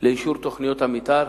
לאישור תוכניות המיתאר.